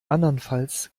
andernfalls